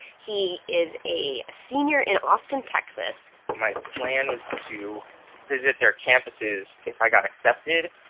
he is a senior in austin, texas my plan was to visit their campuses if i got accepted.